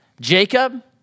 Jacob